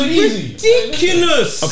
ridiculous